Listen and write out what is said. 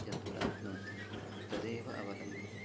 यत् प्राप्नोति तदेव अवलम्ब्य